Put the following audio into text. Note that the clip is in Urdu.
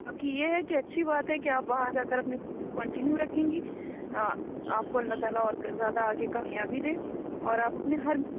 باقی یہ ہے کہ اچھی بات ہے کہ آپ وہاں جا کر اپنی کنٹینیو رکھیں گی آپ کو اللہ تعالی اور کر زیادہ آگے کامیابی دے اور آپ اپنے ہر